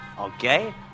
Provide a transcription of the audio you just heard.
okay